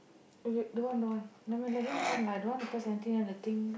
eh don't want don't want nevermind let him come lah I don't want to press anything then the thing